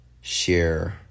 share